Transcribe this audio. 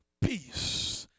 peace